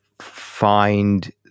find